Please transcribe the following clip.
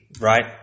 right